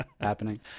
happening